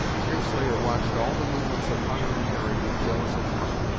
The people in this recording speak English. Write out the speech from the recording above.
deerslayer watched all the movements of hutter and harry with jealous attention.